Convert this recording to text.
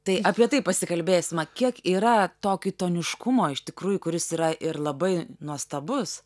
tai apie tai pasikalbėsima kiek yra to kitoniškumo iš tikrųjų kuris yra ir labai nuostabus